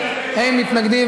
אין מתנגדים,